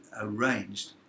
arranged